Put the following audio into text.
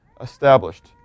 established